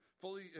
fully